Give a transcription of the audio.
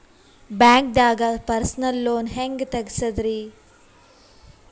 ಬ್ಯಾಂಕ್ದಾಗ personal loan ಹೆಂಗ್ ತಗ್ಸದ್ರಿ?